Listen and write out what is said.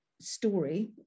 Story